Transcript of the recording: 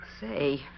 Say